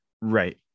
right